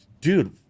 dude